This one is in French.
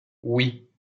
oui